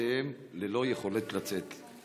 בבתיהם ללא יכולת לצאת.